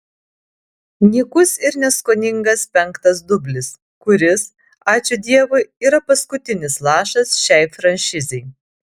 nykus ir neskoningas penktas dublis kuris ačiū dievui yra paskutinis lašas šiai franšizei